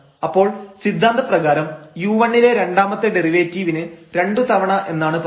അപ്പോൾ സിദ്ധാന്ത പ്രകാരം u1 ലെ രണ്ടാമത്തെ ഡെറിവേറ്റീവിന് രണ്ടു തവണ എന്നാണ് പറയുന്നത്